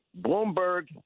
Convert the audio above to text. Bloomberg